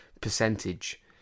percentage